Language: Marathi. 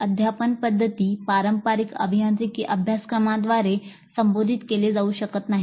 अध्यापन पद्धती पारंपारिक अभियांत्रिकी अभ्यासक्रमांद्वारे संबोधित केले जाऊ शकत नाहीत